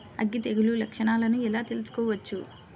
అగ్గి తెగులు లక్షణాలను ఎలా తెలుసుకోవచ్చు?